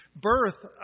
birth